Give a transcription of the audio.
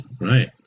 right